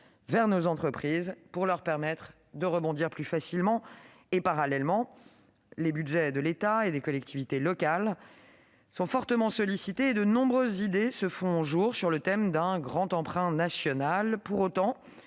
vers nos entreprises pour leur permettre de rebondir plus facilement. Parallèlement, les budgets de l'État et des collectivités locales sont fortement sollicités et de nombreuses idées se font jour sur le thème d'un grand emprunt national. Pour autant,